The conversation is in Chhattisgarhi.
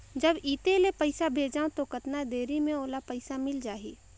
जब इत्ते ले पइसा भेजवं तो कतना देरी मे ओला पइसा मिल जाही?